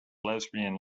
lesbian